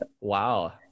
Wow